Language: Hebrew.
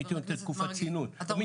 אני